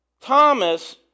Thomas